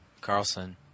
carlson